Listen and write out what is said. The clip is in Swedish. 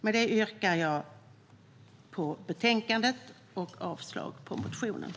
Med detta yrkar jag bifall till förslaget i betänkandet och avslag på motionerna.